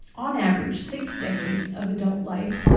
on average, six decades of adult life,